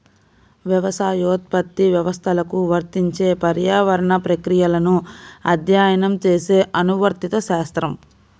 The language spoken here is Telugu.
వ్యవసాయోత్పత్తి వ్యవస్థలకు వర్తించే పర్యావరణ ప్రక్రియలను అధ్యయనం చేసే అనువర్తిత శాస్త్రం